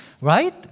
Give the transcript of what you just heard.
right